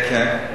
כן.